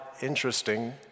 interesting